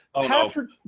patrick